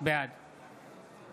בעד